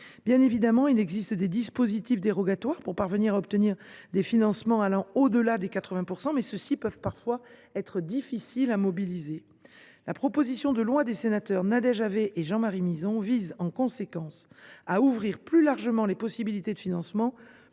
Bien évidemment, il existe des dispositifs dérogatoires pour parvenir à obtenir des financements allant au delà des 80 %, mais ceux ci peuvent parfois être difficiles à mobiliser. La proposition de loi des sénateurs Nadège Havet et Jean Marie Mizzon vise en conséquence à ouvrir plus largement les possibilités de financement